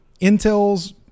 Intel's